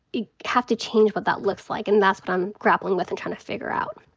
we have to change what that looks like. and that's what i'm grappling with and tryin' to figure out.